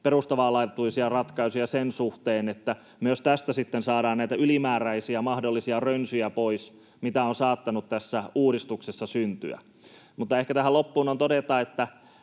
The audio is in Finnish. perustavanlaatuisia ratkaisuja sen suhteen, että myös tästä sitten saadaan pois näitä ylimääräisiä mahdollisia rönsyjä, mitä on saattanut tässä uudistuksessa syntyä. Mutta ehkä tähän loppuun on todettava, että